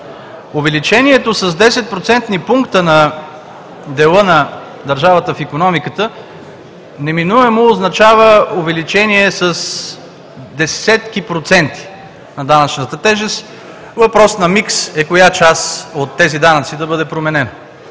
Увеличението с 10 процентни пункта на дела на държавата в икономиката неминуемо означава увеличение с десетки проценти на данъчната тежест. Въпрос на микс е коя част от тези данъци да бъде променена,